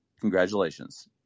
congratulations